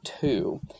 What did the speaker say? two